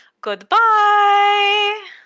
Goodbye